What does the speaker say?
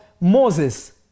Moses